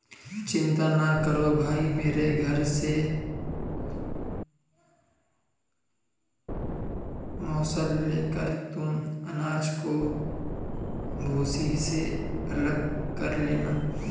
चिंता ना करो भाई मेरे घर से मूसल लेकर तुम अनाज को भूसी से अलग कर लेना